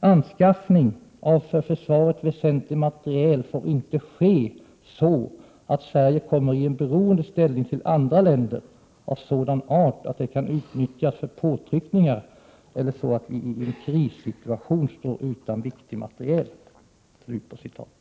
”Anskaffning av för försvaret väsentlig materiel får inte ske så att Sverige kommer i en beroendeställning till andra länder av sådan art att det kan utnyttjas för påtryckningar eller så att vi i en krissituation står utan viktig materiel.” Hur tror ni att detta stämmer med vad = Prot.